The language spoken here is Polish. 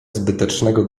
zbytecznego